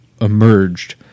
emerged